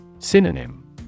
Synonym